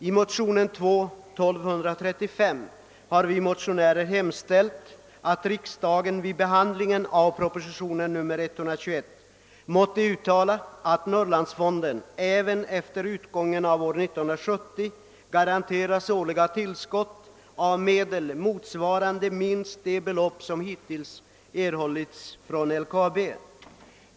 I motion II: 1235 har vi motionärer hemställt att riksdagen vid behandlingen av propositionen 121 måtte uttala att Norrlandsfonden även efter utgången av år 1970 garanteras årliga tillskott av medel motsvarande minst de belopp som hittills erhållits från LKAB.